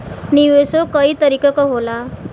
निवेशो कई तरीके क होला